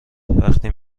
وقتی